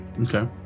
Okay